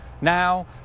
Now